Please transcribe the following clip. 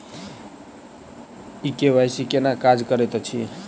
ई KYC केना काज करैत अछि?